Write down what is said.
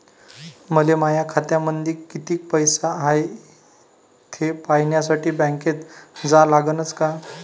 मले माया खात्यामंदी कितीक पैसा हाय थे पायन्यासाठी बँकेत जा लागनच का?